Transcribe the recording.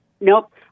Nope